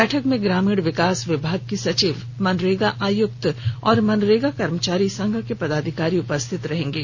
बैठक में ग्रामीण विकास विभाग की सचिव मनरेगा आयुक्त और मनरेगा कर्मचारी संघ के पदाधिकारी उपस्थित रहेंगे